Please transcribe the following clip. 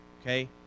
okay